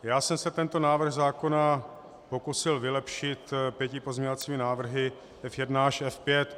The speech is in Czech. Já jsem se tento návrh zákona pokusil vylepšit pěti pozměňovacími návrhy F1 až F5.